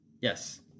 yes